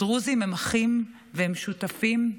הדרוזים הם אחים והם שותפים,